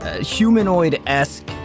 humanoid-esque